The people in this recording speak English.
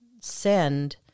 send